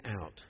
out